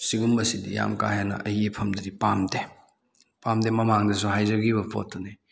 ꯁꯤꯒꯨꯝꯕꯁꯤꯗꯤ ꯌꯥꯝ ꯀꯥ ꯍꯦꯟꯅ ꯑꯩꯒꯤ ꯏꯐꯝꯗꯗꯤ ꯄꯥꯝꯗꯦ ꯄꯥꯝꯗꯦ ꯃꯃꯥꯡꯗꯁꯨ ꯍꯥꯏꯖꯈꯤꯕ ꯄꯣꯠꯇꯨꯅꯤ